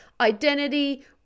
identity